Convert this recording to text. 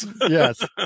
Yes